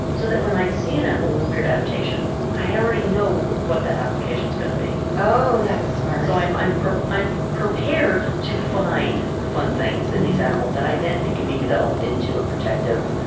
so that when i see an animal with a weird adaptation, i already know what that application's going to be. oh, that's smart. so, i'm i'm prepared to find the fun things in these animals that i then think can be developed into a protective,